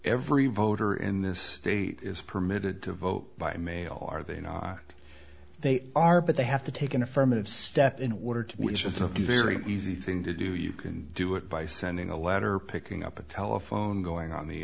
every voter in this state is permitted to vote by mail are they not they are but they have to take an affirmative step in order to which is a very easy thing to do you can do it by sending a letter picking up the telephone going on the